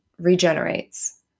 regenerates